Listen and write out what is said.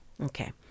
Okay